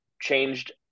changed